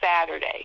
Saturday